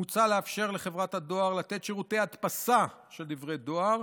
מוצע לאפשר לחברת הדואר לתת שירותי הדפסה של דברי דואר,